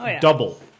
double